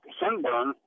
sunburn